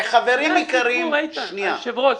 זה בדיוק הסיפור, היושב-ראש.